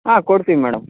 ಹಾಂ ಕೊಡ್ತಿವಿ ಮೇಡಮ್